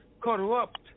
corrupt